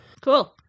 Cool